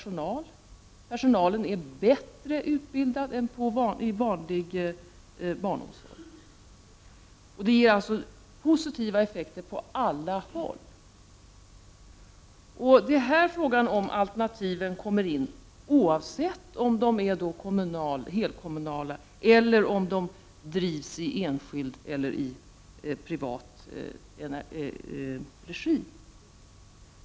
Och personalen är bättre utbildad än personalen i vanlig barnomsorg. Detta alternativ ger alltså positiva effekter på alla håll. Det är i detta sammanhang fråga om huruvida alternativen kommer in, oavsett om de är helkommunala eller om de drivs i enskild eller privat regi.